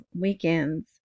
weekends